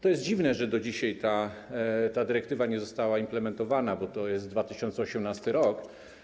To jest dziwne, że do dzisiaj ta dyrektywa nie została implementowana, bo to było w 2018 r.